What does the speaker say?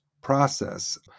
process